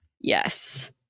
Yes